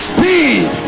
Speed